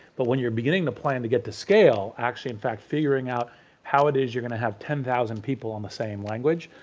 but when you're beginning to plan to get to scale, actually in fact figuring out how it is you're going to have ten thousand people on the same language,